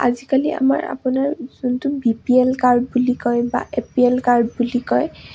আজিকালি আমাৰ আপোনাৰ যোনটো বি পি এল কাৰ্ড বুলি কয় বা এ পি এল কাৰ্ড বুলি কয়